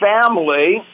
family